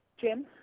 jim